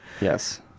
yes